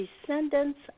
descendants